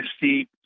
see